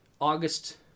August